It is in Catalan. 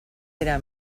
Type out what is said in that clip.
era